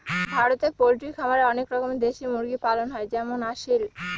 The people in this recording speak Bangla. ভারতে পোল্ট্রি খামারে অনেক রকমের দেশি মুরগি পালন হয় যেমন আসিল